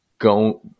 go